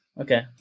Okay